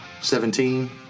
Seventeen